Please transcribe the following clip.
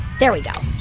there we go.